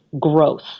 growth